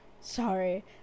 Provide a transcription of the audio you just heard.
sorry